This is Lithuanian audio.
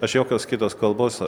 aš jokios kitos kalbos